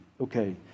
Okay